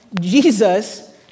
Jesus